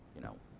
you know